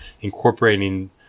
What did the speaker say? incorporating